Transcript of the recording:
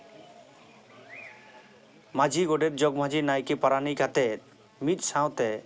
ᱢᱟᱹᱡᱷᱤ ᱜᱚᱰᱮᱛ ᱡᱚᱜᱽᱢᱟᱹᱡᱷᱤ ᱱᱟᱭᱠᱮ ᱯᱟᱨᱟᱱᱤᱠ ᱟᱛᱮᱫ ᱢᱤᱫ ᱥᱟᱶᱛᱮ